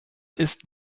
ist